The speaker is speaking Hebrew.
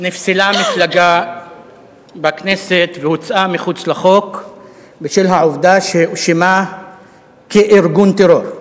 נפסלה מפלגה בכנסת והוצאה מחוץ לחוק בשל העובדה שהואשמה כארגון טרור,